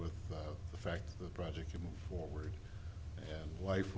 with the fact the project can move forward and life